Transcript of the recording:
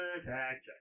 attack